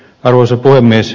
arvoisa puhemies